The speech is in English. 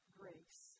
grace